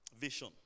Vision